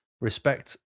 Respect